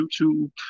YouTube